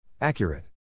Accurate